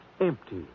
empty